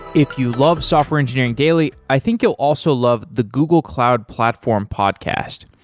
if you love software engineering daily, i think you'll also love the google cloud platform podcast.